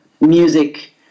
music